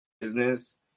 business